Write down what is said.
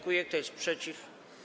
Kto jest przeciw?